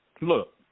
Look